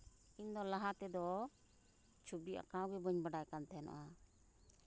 ᱤᱧ ᱫᱚ ᱞᱟᱦᱟ ᱛᱮᱫᱚ ᱪᱷᱚᱵᱤ ᱟᱸᱠᱟᱣ ᱜᱮ ᱵᱟᱹᱧ ᱵᱟᱰᱟᱭ ᱠᱟᱱ ᱛᱟᱦᱮᱱᱟ